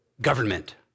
government